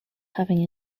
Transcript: having